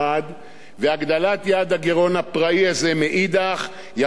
גיסא והגדלת יעד הגירעון הפראי הזה מאידך גיסא,